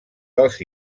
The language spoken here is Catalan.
dels